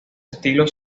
estilo